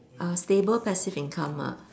uh unstable passive income ah